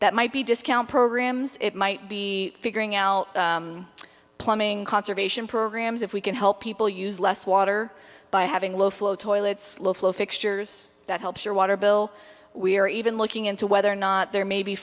that might be discount programs it might be figuring out plumbing conservation programs if we can help people use less water by having low flow toilets fixtures that helps your water bill we're even looking into whether or not there may be